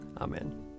Amen